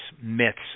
myths